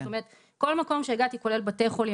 כל מקום שהגעתי, כולל בתי חולים